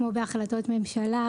כמו בהחלטות ממשלה,